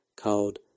called